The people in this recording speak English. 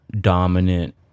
dominant